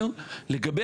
לגבי